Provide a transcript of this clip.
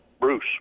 bruce